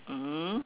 mm